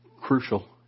crucial